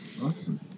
Awesome